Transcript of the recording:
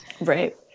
Right